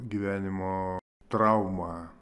gyvenimo trauma